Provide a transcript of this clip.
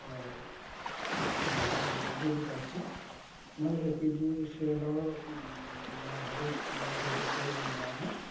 হয় অঁ অঁ বুজি পাইছোঁ মই এ পি ডি চি এলৰ হেৰিত অভিযোগ কৰিম অনলাইনত